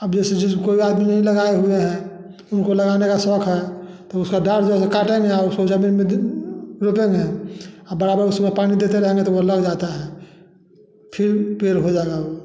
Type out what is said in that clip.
अब जैसे कोई आदमी नहीं लगाए हुए हैं उनको लगाने का शौक़ है फिर उसका डाल दिए काटेंगे और उसको ज़मीन में फिर रोपेंगे अब बराबर उसमें पानी देते रहेंगे तो वो लग जाता है फिर पेड़ हो जाएगा वो